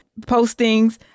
postings